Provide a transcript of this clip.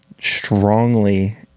strongly